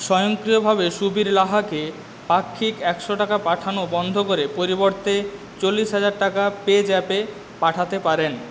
স্বয়ংক্রিয়ভাবে সুবীর লাহাকে পাক্ষিক একশো টাকা পাঠানো বন্ধ করে পরিবর্তে চল্লিশ হাজার টাকা পেজ্যাপে পাঠাতে পারেন